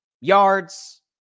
yards